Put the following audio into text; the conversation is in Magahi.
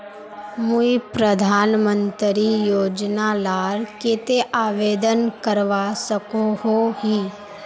मुई प्रधानमंत्री योजना लार केते आवेदन करवा सकोहो ही?